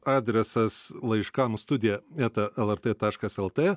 adresas laiškams studija eta lrt taškas lt